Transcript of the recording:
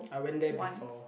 I went there before